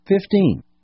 Fifteen